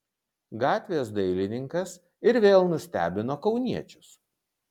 gatvės dailininkas ir vėl nustebino kauniečius